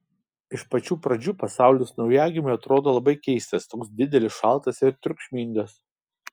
iš pačių pradžių pasaulis naujagimiui atrodo labai keistas toks didelis šaltas ir triukšmingas